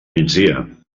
migdia